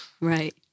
Right